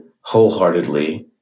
wholeheartedly